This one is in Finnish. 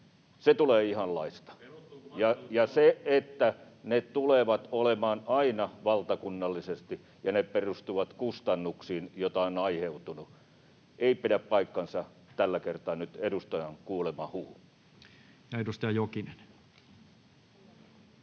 Perustuuko matkailutuloon?] Ne tulevat olemaan aina valtakunnallisesti, ja ne perustuvat kustannuksiin, joita on aiheutunut. Ei pidä paikkaansa nyt tällä kertaa edustajan kuulema huhu. Ja edustaja Jokinen.